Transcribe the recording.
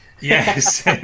Yes